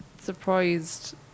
surprised